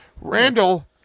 Randall